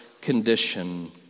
condition